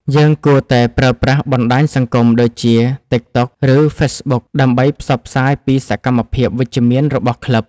យើងគួរតែប្រើប្រាស់បណ្ដាញសង្គមដូចជា ទិកតុក ឬ ហ្វេសប៊ុក ដើម្បីផ្សព្វផ្សាយពីសកម្មភាពវិជ្ជមានរបស់ក្លឹប។